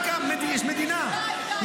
יש מדינה.